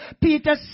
Peter